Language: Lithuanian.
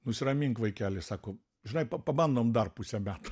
nusiramink vaikeli sako žinai pa pabandom dar pusę metų